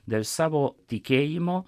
dar savo tikėjimo